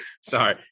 Sorry